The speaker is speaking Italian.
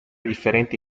differenti